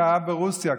כאב ברוסיה,